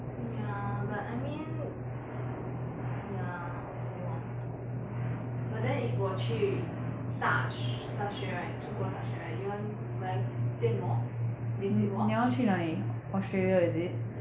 mm ya but I mean ya I also want to but then if 我去大大学 right 出国大学 right you want 来见我 visit 我